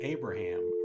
Abraham